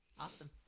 awesome